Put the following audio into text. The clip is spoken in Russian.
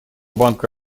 банка